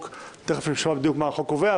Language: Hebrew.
תיכף נשמע בדיוק מה החוק קובע,